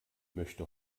möchte